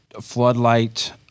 floodlight